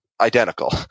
identical